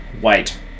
white